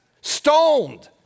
stoned